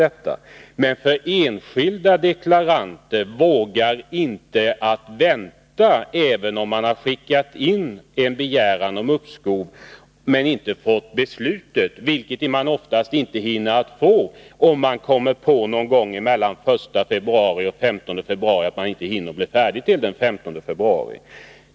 Den enskilde deklaranten däremot vågar inte vänta med att avlämna sin deklaration, om han har begärt uppskov men inte fått besked om huruvida det har beviljats. Den som efter den 1 februari finner att han eller hon inte kommer att hinna avlämna deklarationen i tid och därför begär uppskov hinner nämligen i regel inte få besked före den 15 februari.